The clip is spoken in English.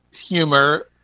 humor